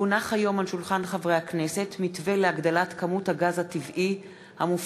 כי הונח היום על שולחן הכנסת מתווה להגדלת כמות הגז הטבעי המופק